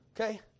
Okay